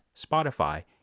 Spotify